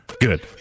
Good